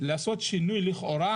לעשות שינוי לכאורה,